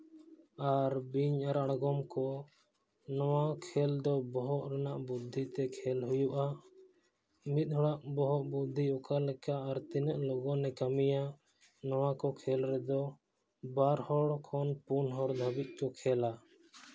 ᱟᱨ ᱵᱤᱧ ᱟᱨ ᱟᱬᱜᱚᱢ ᱠᱚ ᱱᱚᱣᱟ ᱠᱷᱮᱞ ᱫᱚ ᱵᱚᱦᱚᱜ ᱨᱮᱱᱟᱜ ᱵᱩᱫᱽᱫᱷᱤ ᱛᱮ ᱠᱷᱮᱞ ᱦᱩᱭᱩᱜᱼᱟ ᱢᱤᱫ ᱦᱚᱲᱟᱜ ᱵᱚᱦᱚᱜ ᱵᱩᱫᱽᱫᱷᱤ ᱚᱠᱟ ᱞᱮᱠᱟ ᱟᱨ ᱛᱤᱱᱟᱹᱜ ᱞᱚᱜᱚᱱᱮ ᱠᱟᱹᱢᱤᱭᱟ ᱱᱚᱣᱟ ᱠᱚ ᱠᱷᱮᱞ ᱨᱮᱫᱚ ᱵᱟᱨ ᱦᱚᱲ ᱠᱷᱚᱱ ᱯᱩᱱ ᱦᱚᱲ ᱫᱷᱟᱹᱵᱤᱡ ᱠᱚ ᱠᱷᱮᱞᱟ